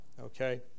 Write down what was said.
Okay